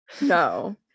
No